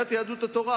שסיעת יהדות התורה,